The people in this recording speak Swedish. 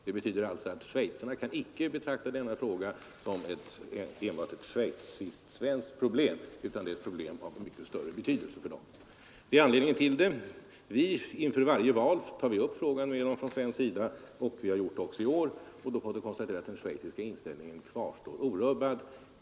Det betyder alltså att schweizarna icke kan betrakta denna fråga som enbart ett schweiziskt-svenskt problem. Det är ett problem av mycket större betydelse för dem. Detta är anledningen till det berörda förhållandet. Inför varje val tar vi upp frågan från svenskt håll, och vi har gjort det också i år. Vi har då konstaterat att den schweiziska inställningen kvarstår orörlig.